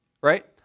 Right